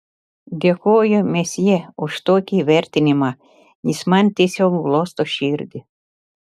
dėkoju mesjė už tokį įvertinimą jis man tiesiog glosto širdį